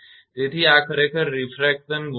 તેથી આ ખરેખર રીફ્રેક્શન ગુણાંક છે